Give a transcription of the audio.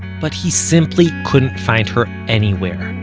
but he simply couldn't find her anywhere.